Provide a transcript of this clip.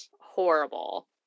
horrible